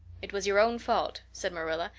it was your own fault, said marilla,